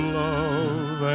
love